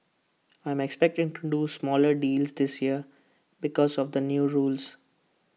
I'm expecting to do smaller deals this year because of the new rules